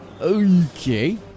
Okay